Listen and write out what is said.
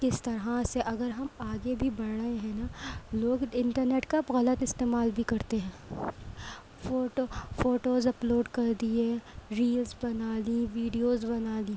اس طرح سے اگر ہم آگے بھی بڑھ رہے ہیں نہ لوگ انٹرنیٹ کا غلط استعمال بھی کرتے ہیں فوٹو فوٹوز اپلوڈ کردیے ریلس بنا لی ویڈیوز بنا لی